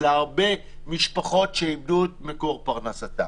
ואלה הרבה משפחות שאיבדו את מקור פרנסתם.